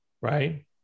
right